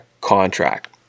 contract